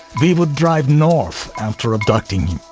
we would drive north after abducting